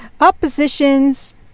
Oppositions